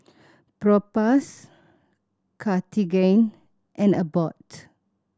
Propass Cartigain and Abbott